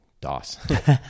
DOS